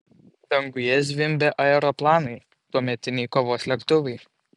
danguje zvimbė aeroplanai tuometiniai kovos lėktuvai